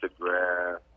Instagram